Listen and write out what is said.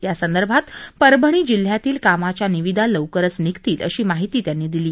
यासंदर्भात परभणी जिल्ह्यातील कामाच्या निविदा लवकरच निघतील अशी माहिती मुख्यमंत्र्यांनी यावेळी दिली